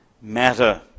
matter